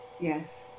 Yes